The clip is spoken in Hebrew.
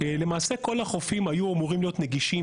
למעשה כל החופים אמורים היו להיות נגישים